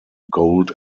gold